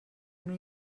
una